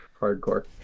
hardcore